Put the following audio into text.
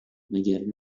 مگر